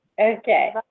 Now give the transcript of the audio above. Okay